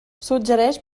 suggereix